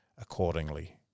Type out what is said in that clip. accordingly